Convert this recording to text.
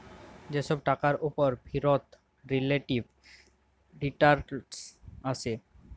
যে ছব টাকার উপর ফিরত রিলেটিভ রিটারল্স আসে